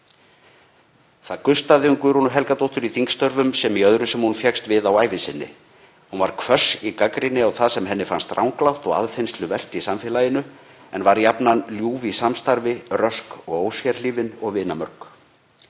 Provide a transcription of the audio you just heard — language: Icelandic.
Það gustaði um Guðrúnu Helgadóttur í þingstörfum sem í öðru sem hún fékkst við á ævi sinni. Hún var hvöss í gagnrýni á það sem henni fannst ranglátt og aðfinnsluvert í samfélaginu, en var jafnan ljúf í samstarfi, rösk og ósérhlífin og vinmörg.